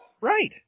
Right